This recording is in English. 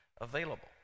available